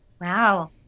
Wow